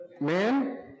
men